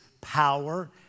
power